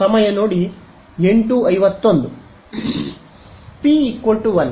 P 1 ಸ್ಥಿರವಾಗಿದೆ